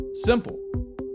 Simple